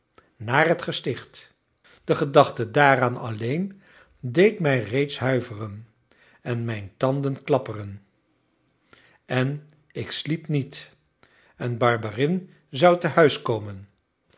naar het gesticht de gedachte daaraan alleen deed mij reeds huiveren en mijn tanden klapperen en ik sliep niet en barberin zou tehuiskomen